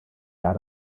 jahr